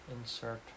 insert